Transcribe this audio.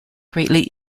greatly